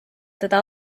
teda